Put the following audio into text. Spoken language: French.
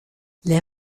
les